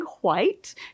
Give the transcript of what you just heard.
White